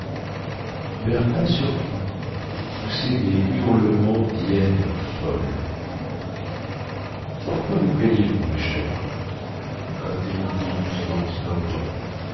bertha surtout poussait des hurlements dhyène folle de quoi vous plaignez-vous ma chère amie interrompit doucement snowdrop